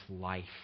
life